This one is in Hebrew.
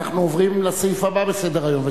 אנחנו עוברים לסעיף הבא בסדר-היום,